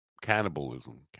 cannibalism